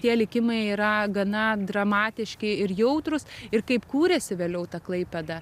tie likimai yra gana dramatiški ir jautrūs ir kaip kūrėsi vėliau ta klaipėda